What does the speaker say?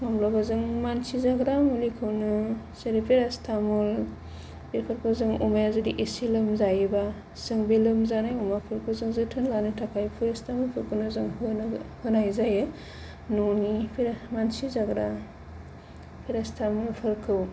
माब्लाबा जों मानसि जाग्रा मुलिखौनो जेरै पेरासिटामल बेफोरखौ जोङो अमाया जुदि एसे लोमजायोबा जों बे लोमजानाय अमाफोरखौ जों जोथोन लानो थाखाय पेरासिटामलफोरखौनो जों होनाय जायो न'नि मानसि जाग्रा पेरासिटामलफोरखौ